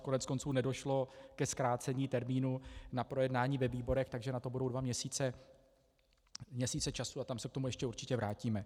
Koneckonců nedošlo ke zkrácení termínu na projednání ve výborech, takže na to budou dva měsíce času a tam se k tomu ještě určitě vrátíme.